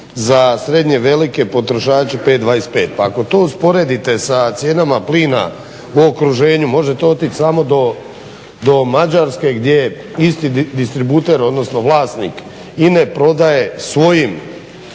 za srednje velike potrošače 5,25. Pa ako to usporedite sa cijenama plina u okruženju možete otići samo do Mađarske gdje je isti distributer odnosno vlasnik INA-e prodaje svojim